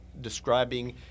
describing